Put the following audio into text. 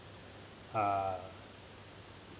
uh